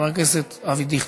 חבר הכנסת אבי דיכטר.